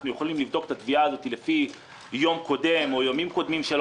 אנחנו יכולים לבדוק את התביעה לפי יום קודם או ימים קודמים שלו.